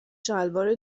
شلوار